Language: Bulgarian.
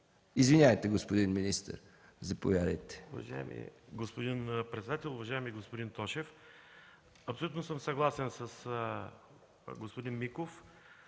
Извинявайте, господин министър. Заповядайте.